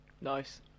Nice